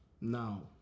Now